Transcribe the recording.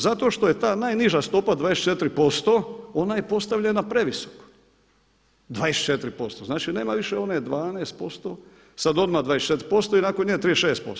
Zato što je ta najniža stopa od 24%, ona je postavljena previsoko, 24%, znači nema više one 12%, sada odmah 24% i nakon nje 36%